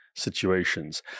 situations